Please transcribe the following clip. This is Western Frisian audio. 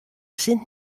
sint